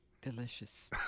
Delicious